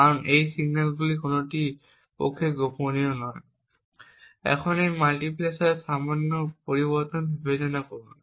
কারণ এই সিগন্যালগুলির কোনওটিই প্রকৃতপক্ষে গোপনীয় নয়। এখন এই মাল্টিপ্লেক্সারের সামান্য পরিবর্তন বিবেচনা করুন